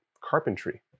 carpentry